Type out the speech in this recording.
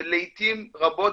ולעיתים רבות,